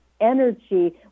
energy